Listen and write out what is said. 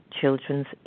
children's